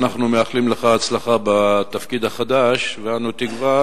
אנחנו מאחלים לך הצלחה בתפקיד החדש ואנו תקווה